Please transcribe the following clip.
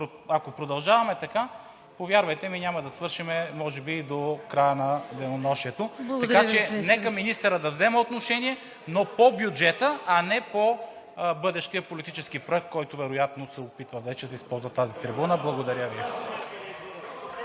ако продължаваме така, повярвайте ми, няма да свършим може би до края на денонощието. Така че нека министърът да взема отношение, но по бюджета, а не по бъдещия политически проект, който вероятно се опитва вече да използва от тази трибуна. Благодаря Ви.